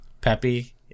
peppy